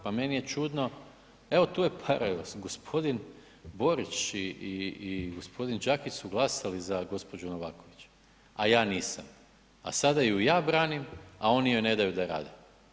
Pa meni je čudno, evo tu je paradoks, gospodin Borić i gospodin Đakić su glasali za gospođu Novaković a ja nisam a sada ju ja branim, a oni joj ne daju da rade.